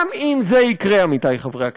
גם אם זה יקרה, עמיתי חברי הכנסת,